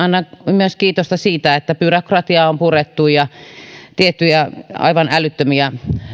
annan kiitosta myös siitä että byrokratiaa on purettu ja tiettyjä aivan älyttömiä